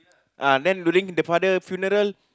ah then during the father funeral